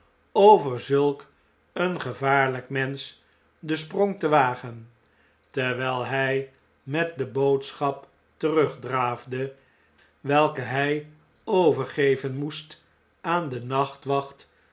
over zulk een gevaarlgk mensch den sprong te wagen terwijl hij met de boodschap terugdraafde welke hij overgeven moest aan de nachtwacht